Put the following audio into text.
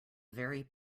very